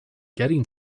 getting